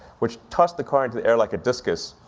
which tossed the car into the air like a discus,